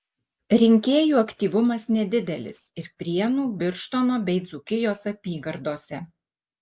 rinkėjų aktyvumas nedidelis ir prienų birštono bei dzūkijos apygardose